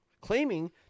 claiming